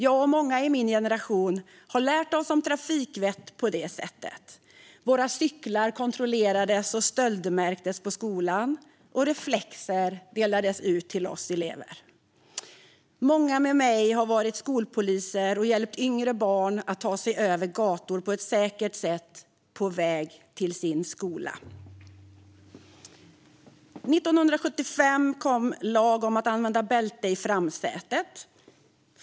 Jag och många i min generation har lärt oss om trafikvett på det sättet. Våra cyklar kontrollerades och stöldmärktes på skolan, och reflexer delades ut till oss elever. Många med mig har varit skolpoliser och hjälpt yngre barn att ta sig över gator på ett säkert sätt på väg till sin skola. År 1975 kom lagen om att använda bälte i framsätet.